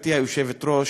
גברתי היושבת-ראש,